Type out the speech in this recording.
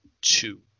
two